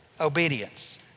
Obedience